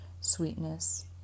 Sweetness